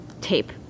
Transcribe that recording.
tape